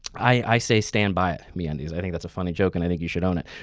i say stand by it, meundies. i think that's a funny joke and i think you should own it.